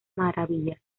maravillas